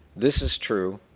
this is true